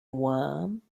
worm